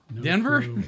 Denver